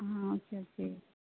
ah okay okay